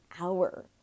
hour